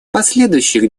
последующие